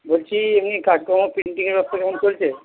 বলছি এমনি কাজকর্ম প্রিন্টিংয়ের ব্যবসা কেমন চলছে